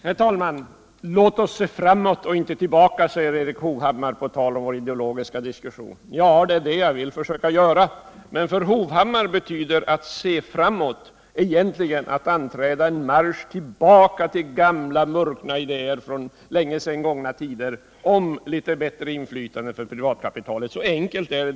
Herr talman! Låt oss se framåt och inte tillbaka, säger Erik Hovhammar, på tal om vår ideologiska diskussion. Ja. det är vad jag vill försöka göra. Men för Erik Hovhammar betyder att se framåt egentligen att anträda en marsch tillbaka till gamla murkna idéer från länge sedan gångna tider om litet bättre inflytande för privatkapitalet. Så enkelt är det.